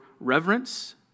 reverence